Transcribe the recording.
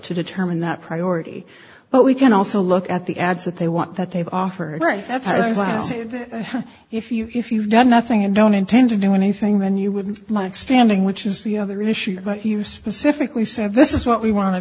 to determine that priority but we can also look at the ads that they want that they've offered right that's what if you if you've done nothing and don't intend to do anything then you wouldn't like standing which is the other issue but you specifically said this is what we want to